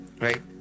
right